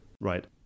Right